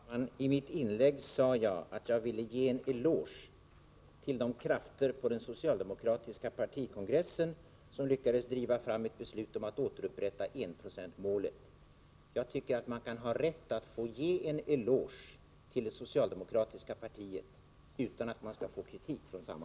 Herr talman! I mitt inlägg sade jag att jag ville ge en eloge till de krafter på den socialdemokratiska partikongressen som lyckades driva fram ett beslut om återupprättande av enprocentsmålet. Jag tycker att man kan ha rätt att få — Nr 120 ge en eloge till det socialdemokratiska partiet utan att få kritik från samma